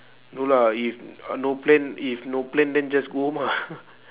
no lah if no plan if no plan then just go home ah